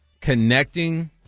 connecting